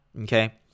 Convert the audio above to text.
okay